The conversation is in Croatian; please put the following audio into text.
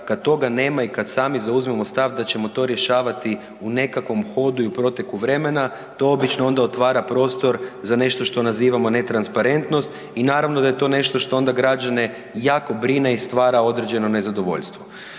kad toga nema i kad sami zauzmemo stav da ćemo to rješavati u nekakvom hodu i u proteku vremena, to obično onda otvara prostor za nešto što nazivamo netransparentnost i naravno da je to nešto što onda građane jako brine i stvara određeno nezadovoljstvo.